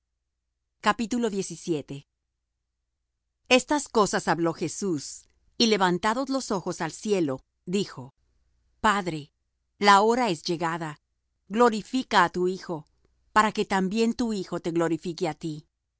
al mundo estas cosas habló jesús y levantados los ojos al cielo dijo padre la hora es llegada glorifica á tu hijo para que también tu hijo te glorifique á ti